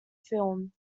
film